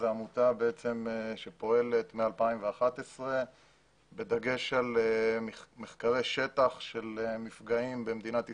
זו עמותה שפועלת מ-2011 בדגש על מחקרי שטח של מפגעים במדינת ישראל.